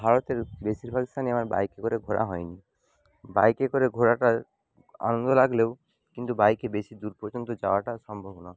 ভারতের বেশিরভাগ স্থানই আমার বাইকে করে ঘোরা হয়নি বাইকে করে ঘোরাটার আনন্দ লাগলেও কিন্তু বাইকে বেশি দূর পর্যন্ত যাওয়াটা সম্ভব না